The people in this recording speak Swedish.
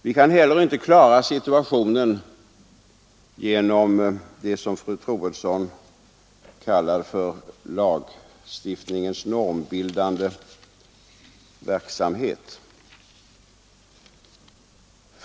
Vi kan inte heller klara situationen genom det som fru Troedsson kallar för lagstiftningens normbildande verksamhet.